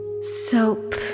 Soap